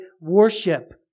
worship